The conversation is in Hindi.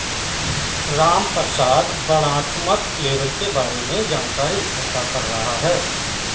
रामप्रसाद वर्णनात्मक लेबल के बारे में जानकारी इकट्ठा कर रहा है